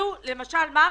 הגיעו אליהן.